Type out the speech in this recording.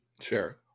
Sure